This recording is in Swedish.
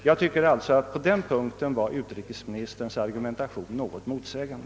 Jag tycker alltså att på den punkten var utrikesministerns argumentation motsägande.